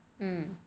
hmm